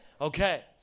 Okay